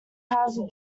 have